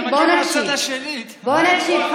בואו נקשיב.